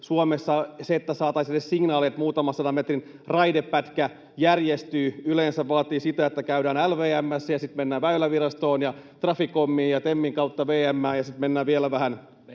Suomessa se, että saataisiin edes signaali, että muutaman sadan metrin raidepätkä järjestyy, yleensä vaatii sitä, että käydään LVM:ssä ja sitten mennään Väylävirastoon ja Traficomiin ja TEMin kautta VM:ään ja sitten mennään vielä vähän